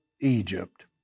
Egypt